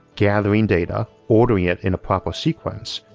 gathering data, ordering it in a proper sequence,